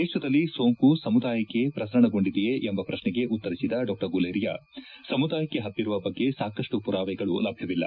ದೇಶದಲ್ಲಿ ಸೋಂಕು ಸಮುದಾಯಕ್ಷೆ ಪ್ರಸರಣಗೊಂಡಿದೆಯೇ ಎಂಬ ಪ್ರಕ್ಷೆಗೆ ಉತ್ತರಿಸಿದ ಡಾ ಗುಲೇರಿಯಾ ಸಮುದಾಯಕ್ಕೆ ಹಬ್ಬಿರುವ ಬಗ್ಗೆ ಸಾಕಷ್ಟು ಪುರಾವೆಗಳು ಲಭ್ಯವಿಲ್ಲ